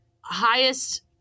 highest